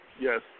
yes